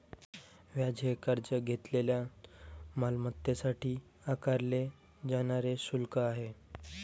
व्याज हे कर्ज घेतलेल्या मालमत्तेसाठी आकारले जाणारे शुल्क आहे